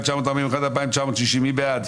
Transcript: רוויזיה על הסתייגויות 2640-2621, מי בעד?